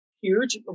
huge